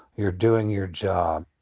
you're doing your job.